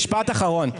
משפט אחרון.